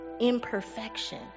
imperfection